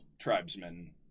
tribesmen